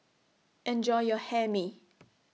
Enjoy your Hae Mee